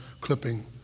clipping